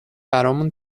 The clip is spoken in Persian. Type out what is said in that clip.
برامون